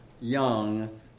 young